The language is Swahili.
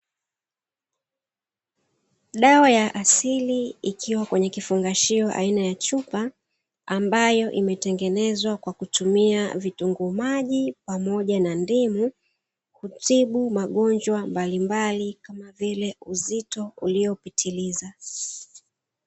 Dawa ya asili ikiwa kwenye kifungashio aina ya chupa ambayo imetengenezwa kwa kutumia vitunguu maji pamoja na ndimu, hutibu magonjwa mbalimbali kama vile uzito uliopitiliza.